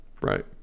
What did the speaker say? Right